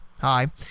hi